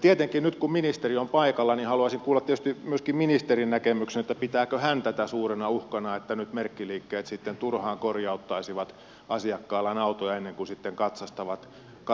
tietenkin nyt kun ministeri on paikalla haluaisin kuulla myöskin ministerin näkemyksen pitääkö hän tätä suurena uhkana että nyt merkkiliikkeet sitten turhaan korjauttaisivat asiakkaidensa autoja ennen kuin katsastavat niitä